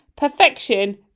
perfection